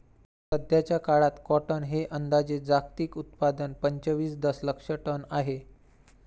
सध्याचा काळात कॉटन हे अंदाजे जागतिक उत्पादन पंचवीस दशलक्ष टन आहे